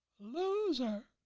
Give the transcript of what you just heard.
loser,